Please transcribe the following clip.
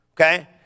okay